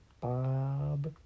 Bob